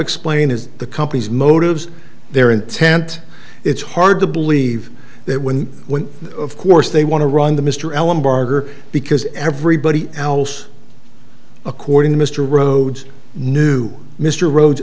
explain is the company's motives their intent it's hard to believe that when of course they want to run the mr ellenberger because everybody else according to mr rhodes knew mr r